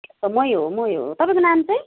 मै हो मै हो तपाईँको नाम चाहिँ